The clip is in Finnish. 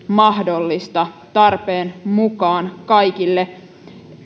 mahdollista tarpeen mukaan kaikille